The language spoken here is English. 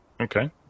Okay